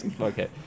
okay